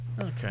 Okay